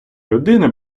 людини